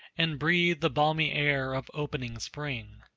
and breathe the balmy air of opening spring.